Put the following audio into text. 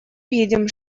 видим